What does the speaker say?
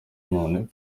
noneho